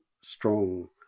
strong